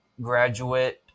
graduate